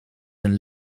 een